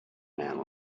man